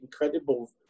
incredible